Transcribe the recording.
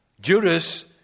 Judas